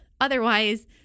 Otherwise